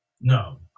no